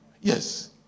Yes